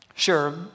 Sure